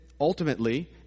ultimately